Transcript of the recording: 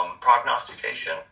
Prognostication